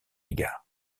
égard